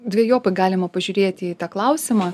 dvejopai galima pažiūrėti į tą klausimą